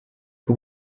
but